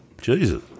Jesus